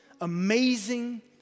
amazing